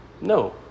No